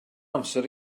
amser